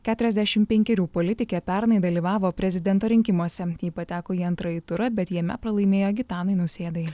keturiasdešim penkerių politikė pernai dalyvavo prezidento rinkimuose ji pateko į antrąjį turą bet jame pralaimėjo gitanui nausėdai